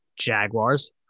jaguars